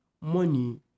money